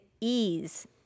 ease